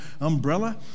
umbrella